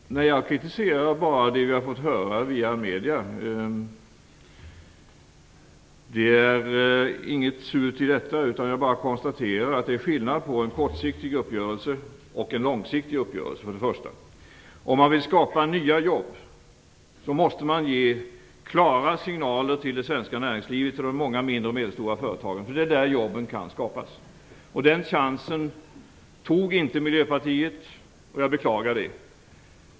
Fru talman! Jag kritiserade bara det vi har fått höra via medierna. Det är inget surt i det. Jag konstaterar bara att det är skillnad mellan en kortsiktig uppgörelse och en långsiktig uppgörelse. Om man vill skapa nya jobb måste man ge klara signaler till det svenska näringslivet, till de mindre och medelstora företagen, för det är där jobben kan skapas. Den chansen tog inte Miljöpartiet, och jag beklagar det.